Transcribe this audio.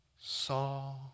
saw